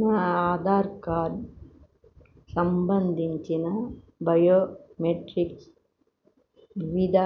నా ఆధార్ కార్డ్ సంబంధించిన బయోమెట్రిక్స్ను విద